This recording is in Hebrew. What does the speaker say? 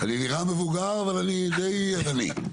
אני נראה מבוגר אבל אני די ערני.